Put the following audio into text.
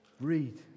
Read